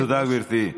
תודה, גברתי.